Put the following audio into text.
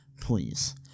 please